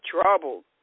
troubled